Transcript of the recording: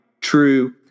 true